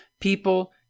People